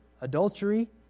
adultery